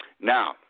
Now